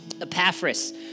Epaphras